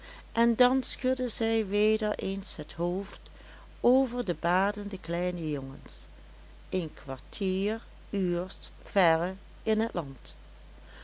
en dan schudde zij weder eens het hoofd over de badende kleine jongens een kwartier uurs verre in het land